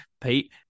Pete